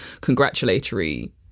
congratulatory